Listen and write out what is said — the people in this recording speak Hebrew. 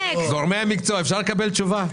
גורמי המקצוע, אפשר לקבל תשובה?